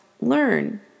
learn